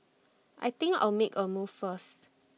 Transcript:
I think I'll make A move first